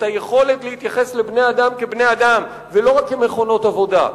את היכולת להתייחס לבני-אדם כבני-אדם ולא רק כמכונות עבודה?